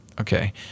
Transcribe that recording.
okay